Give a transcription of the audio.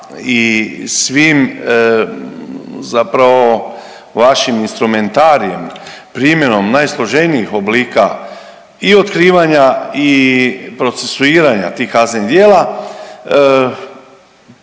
i svim zapravo vašim instrumentarijem, primjenom najsloženijih oblika i otkrivanja i procesuiranja tih kaznenih djela.